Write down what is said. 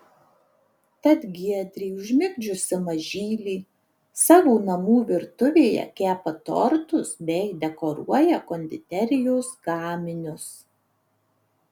tad giedrė užmigdžiusi mažylį savo namų virtuvėje kepa tortus bei dekoruoja konditerijos gaminius